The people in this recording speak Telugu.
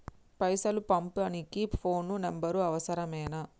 పైసలు పంపనీకి ఫోను నంబరు అవసరమేనా?